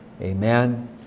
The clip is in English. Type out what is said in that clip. Amen